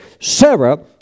sarah